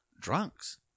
drunks